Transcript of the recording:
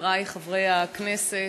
חברי חברי הכנסת,